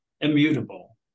immutable